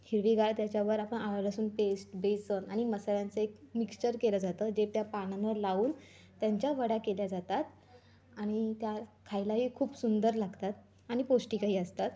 हिरवीगार त्याच्यावर आपं आलंलसूण पेस्ट बेसन आणि मसाल्यांचं एक मिक्सचर केलं जातं जे त्या पानांवर लावून त्यांच्या वड्या केल्या जातात आणि त्या खायलाही खूप सुंदर लागतात आणि पौष्टिकही असतात